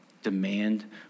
demand